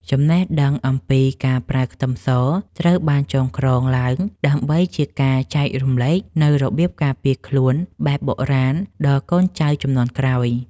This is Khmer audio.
ចំណេះដឹងអំពីការប្រើខ្ទឹមសត្រូវបានចងក្រងឡើងដើម្បីជាការចែករំលែកនូវរបៀបការពារខ្លួនបែបបុរាណដល់កូនចៅជំនាន់ក្រោយ។